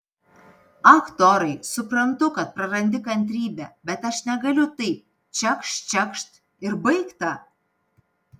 ak torai suprantu kad prarandi kantrybę bet aš negaliu taip čekšt čekšt ir baigta